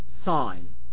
sign